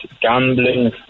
gambling